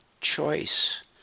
choice